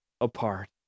apart